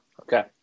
Okay